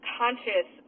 conscious